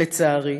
"לצערי,